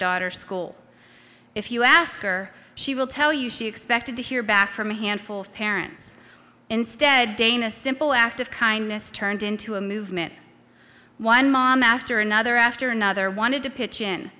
daughter's school if you ask her she will tell you she expected to hear back from a handful of parents instead dana simple act of kindness turned into a movement one mom after another after another wanted to pitch in